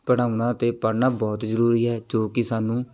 ਪੜ੍ਹਾਉਣਾ ਅਤੇ ਪੜ੍ਹਨਾ ਬਹੁਤ ਜ਼ਰੂਰੀ ਹੈ ਜੋ ਕਿ ਸਾਨੂੰ